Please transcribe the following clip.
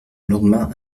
lendemain